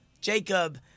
Jacob